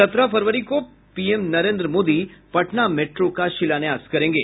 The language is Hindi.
सत्रह फरवरी को पीएम नरेन्द्र मोदी पटना मेट्रो का शिलान्यास करेंगे